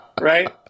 Right